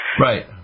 Right